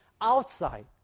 outside